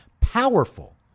powerful